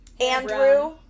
andrew